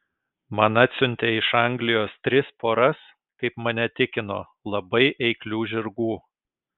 man atsiuntė iš anglijos tris poras kaip mane tikino labai eiklių žirgų